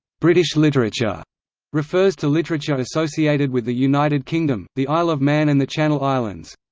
british literature refers to literature associated with the united kingdom, the isle of man and the channel islands.